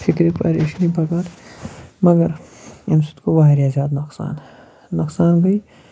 فِکرِ پریشٲنی بغٲر مگر ییٚمہِ سۭتۍ گوٚو واریاہ زیادٕ نۄقصان نۄقصان گٔے